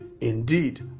Indeed